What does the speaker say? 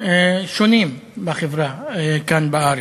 שונים בחברה כאן בארץ.